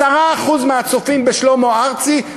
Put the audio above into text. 10% מהצופים בשלמה ארצי,